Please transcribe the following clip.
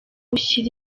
ushyira